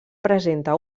presenta